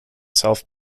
self